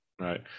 Right